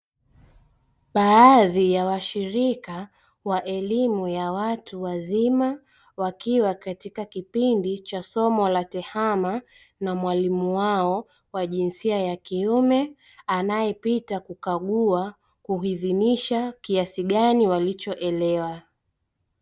Baadhi ya washilika wa elimu ya watu wazima wakiwa katika kipindi cha somo la tehama na mwalimu wao wa jinsia ya kiume anaye pita kukagua kuhidhinisha kiasi gani walicho elewa.